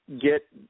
get